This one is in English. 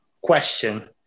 question